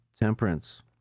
Temperance